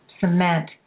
cement